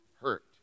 hurt